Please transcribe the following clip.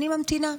אני ממתינה.